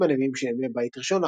עושים הנביאים של ימי בית ראשון,